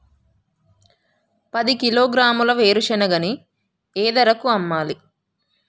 పది కిలోగ్రాముల వేరుశనగని ఏ ధరకు అమ్మాలి?